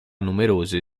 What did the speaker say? numerose